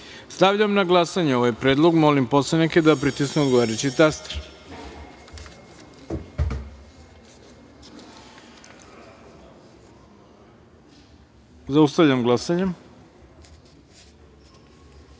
godinu. Stavljam na glasanje ovaj predlog. Molim poslanike da pritisnu odgovarajući taster. Zaustavljam glasanje: